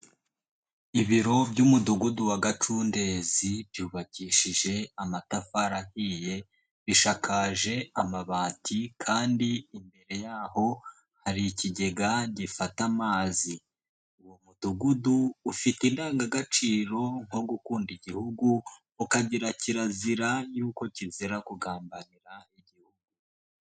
Ibiro by'Umudugudu wa Gacundezi byubakishije amatafari ahiye, bishakakaje amabati kandi imbere yaho hari ikigega gifata amazi, uwo Mudugudu ufite indangagaciro nko gukunda igihugu ukagira kirazira y'uko kizira kugambanira igihugu.